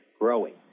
growing